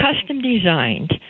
custom-designed